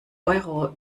euro